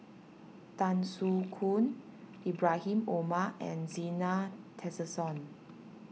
Tan Soo Khoon Ibrahim Omar and Zena Tessensohn